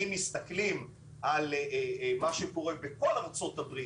אם מסתכלים על מה שקורה בכל ארצות הברית